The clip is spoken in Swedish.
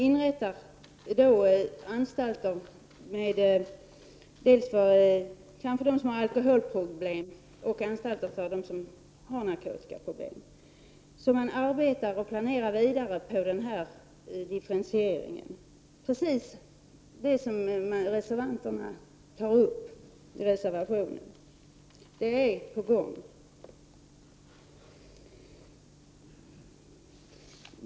Anstalter inrättas dels för dem som har alkoholproblem, dels för dem som har narkotikaproblem. Man arbetar och planerar alltså vidare på denna differentiering, vilket är precis det som reservanterna tar upp i reservationen. Det är på gång.